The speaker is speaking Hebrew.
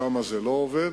שם זה לא עובד.